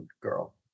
girl